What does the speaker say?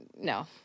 No